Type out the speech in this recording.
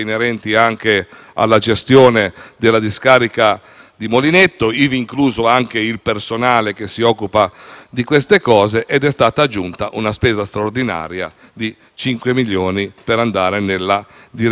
di Molinetto, ivi incluso anche il personale che si occupa di tali questioni ed è stata aggiunta una spesa straordinaria di cinque milioni di euro per andare nella direzione della bonifica. Il soggetto principale